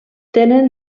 tenen